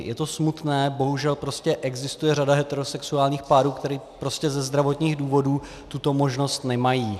Je to smutné, bohužel prostě existuje řada heterosexuálních párů, které ze zdravotních důvodů tuto možnost nemají.